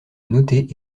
noter